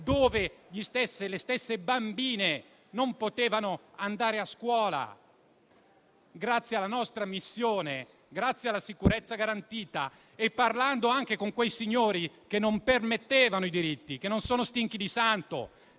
dove le stesse bambine non potevano andare a scuola, grazie alla nostra missione NATO, grazie alla sicurezza garantita e parlando anche con quei signori che non permettevano i diritti, che non sono stinchi di santo,